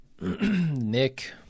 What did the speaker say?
Nick